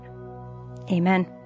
Amen